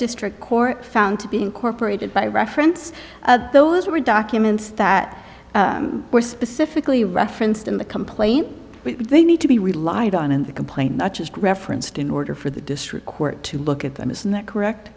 district court found to be incorporated by reference those were documents that were specifically referenced in the complaint they need to be relied on in the complaint not just referenced in order for the district court to look at them isn't that correct